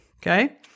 Okay